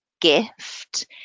gift